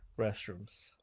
restrooms